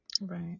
Right